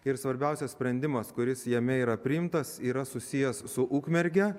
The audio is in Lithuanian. ir svarbiausias sprendimas kuris jame yra priimtas yra susijęs su ukmerge